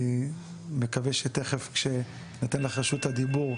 אני מקווה שתכף כשניתן לך את רשות הדיבור,